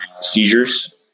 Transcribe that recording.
seizures